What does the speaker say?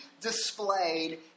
displayed